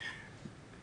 בבקשה.